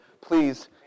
Please